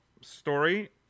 story